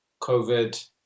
COVID